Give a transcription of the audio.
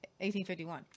1851